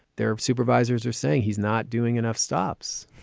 their supervisors are saying he's not doing enough stops